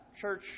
church